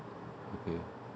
okay